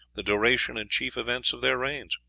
the duration and chief events of their reigns!